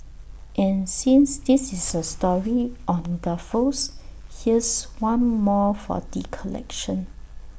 and since this is A story on gaffes here's one more for the collection